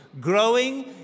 growing